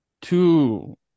two